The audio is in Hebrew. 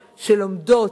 שלומדות,